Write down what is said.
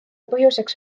põhjuseks